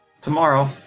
Tomorrow